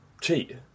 cheat